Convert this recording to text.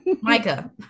Micah